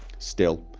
still